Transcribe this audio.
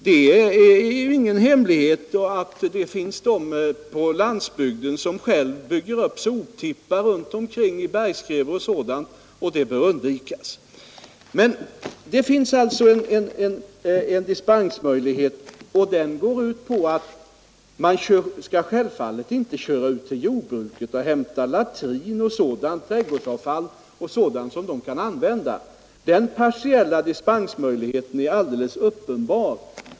Det är ju ingen hemlighet att det finns de på landsbygden som själva bygger upp soptippar i bergskrevor och sådant, och det bör undvikas. Det föreligger alltså en dispensmöjlighet, och den kan utnyttjas så att man självfallet inte skall köra ut till jordbruken och hämta latrin, trädgårdsavfall och sådant som kan användas inom jordbruket. Möjligheten till partiella dispenser är alldeles uppenbar.